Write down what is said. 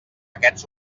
aquests